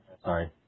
Sorry